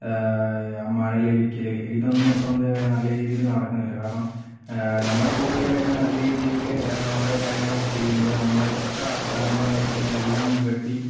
മഴ ലഭിക്കല് ഇതൊന്നും ഇപ്പം എന്താ പറയുക നല്ല രീതിയില് നടക്കുന്നില്ല കാരണം നമ്മളുടെ പൂർവികര് ഒക്കെ നല്ല രീതിയില് ഓരോ കാര്യങ്ങളൊക്കെ ചെയ്യുമ്പോൾ നമ്മളുടെ ഇപ്പോളത്തെ തല മുറ എന്ന് വെച്ചാല് എല്ലാം വെട്ടി